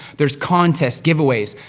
there's contests, giveaways.